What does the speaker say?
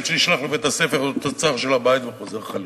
שנשלח לבית-הספר הוא תוצר של הבית וחוזר חלילה.